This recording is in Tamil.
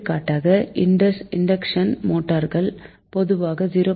எடுத்துக்காட்டாக இன்டக்ஷன் மோட்டார்கள் பொதுவாக 0